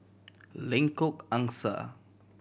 Lengkok Angsa